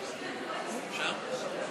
אפשר?